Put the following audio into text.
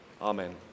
Amen